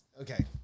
okay